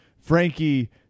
Frankie